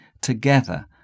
together